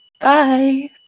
Bye